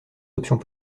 options